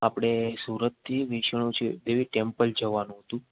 આપળે સુરતથી વૈષ્ણુંદેવી છે ટેમ્પલ જવાનું હતું